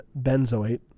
benzoate